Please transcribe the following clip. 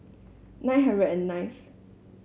nine hundred and ninth